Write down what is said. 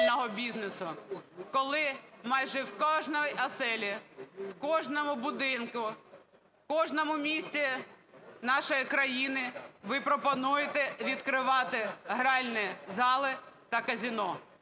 коли майже в кожній оселі, в кожному будинку, в кожному місті нашої країни ви пропонуєте відкривати гральні зали та казино.